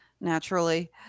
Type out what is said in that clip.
naturally